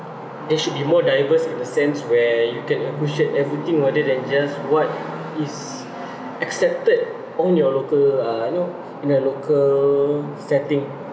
there should be more diverse in the sense where you can appreciate everything rather than just what is accepted on your local uh you know in a local setting